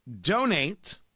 donate